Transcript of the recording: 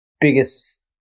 biggest